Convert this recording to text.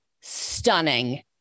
stunning